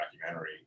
documentary